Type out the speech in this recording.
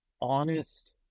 honest